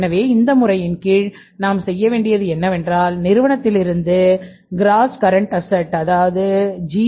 எனவே இந்த முறையின் கீழ் நாம் செய்ய வேண்டியது என்னவென்றால் நிறுவனத்திலிருந்து ஜி